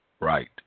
Right